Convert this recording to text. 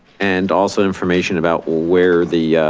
and also information about where the